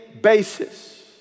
basis